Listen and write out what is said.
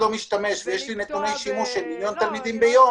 משתמש ואצלי יש נתוני שימוש של חצי מיליון --- עופר,